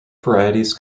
varieties